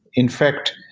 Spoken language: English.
in fact,